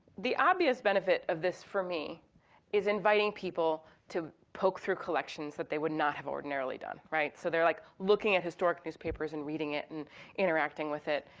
the obviously benefit of this for me is inviting people to poke through collections that they would not have ordinarily done. so they're, like, looking at historic newspapers and reading it and interacting with it.